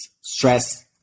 stress